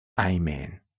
Amen